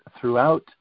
throughout